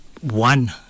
one